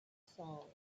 song